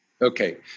Okay